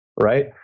right